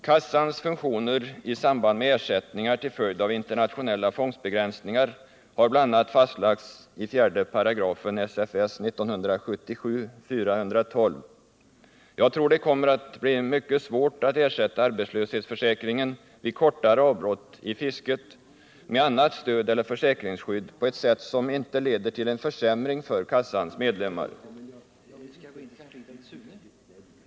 Kassans funktioner i samband med ersättningar till följd av internationella fångstbegränsningar har bl.a. fastlagts i 4 § SFS 1977:412. Jag tror det kommer att bli mycket svårt att ersätta arbetslöshetsförsäkringen vid kortare avbrott i fisket med annat stöd eller försäkringsskydd på ett sätt som inte leder till en försämring för kassans medlemmar.